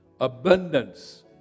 abundance